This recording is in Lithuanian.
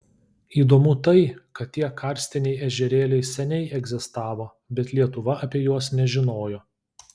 įdomu tai kad tie karstiniai ežerėliai seniai egzistavo bet lietuva apie juos nežinojo